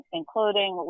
including